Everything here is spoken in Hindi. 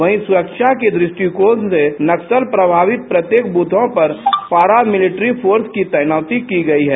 वहीं सुरक्षा की दृष्टिकोण से नक्सल प्रभावित प्रत्येक बूथों पर पारा मिलिट्री फोर्स की तैनाती की गयी है